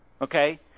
Okay